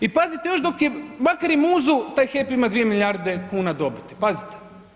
I pazite makar je muzu taj HEP ima 2 milijarde dobiti, pazite.